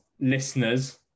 listeners